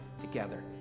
together